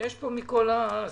יש פה מכל הסוגים.